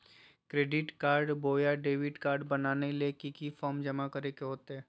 Credit card बोया debit card बनाने ले की की फॉर्म जमा करे होते?